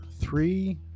three